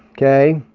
okay?